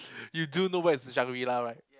you do know where is Shangri-La right